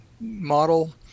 model